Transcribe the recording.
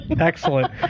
Excellent